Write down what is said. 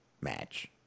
match